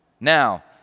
Now